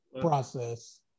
process